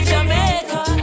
Jamaica